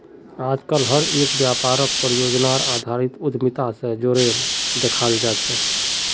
आजकल हर एक व्यापारक परियोजनार आधारित उद्यमिता से जोडे देखाल जाये छे